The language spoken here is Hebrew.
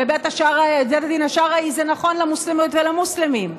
בבית הדין השרעי זה נכון למוסלמיות ולמוסלמים.